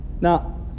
Now